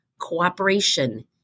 cooperation